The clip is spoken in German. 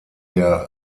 der